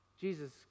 Jesus